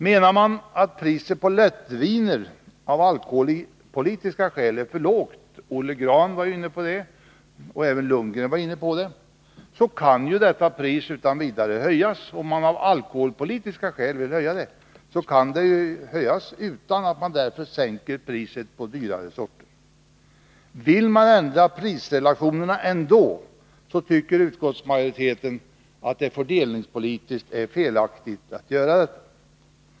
Menar man att priset på lättviner av alkoholpolitiska skäl är för lågt, vilket Olle Grahn och även Bo Lundgren var inne på, kan ju detta pris utan vidare höjas, utan att man därför sänker priset på dyrare sorter. Vill man ändra prisrelationerna ändå, tycker utskottsmajoriteten att det fördelningspolitiskt är felaktigt att göra det.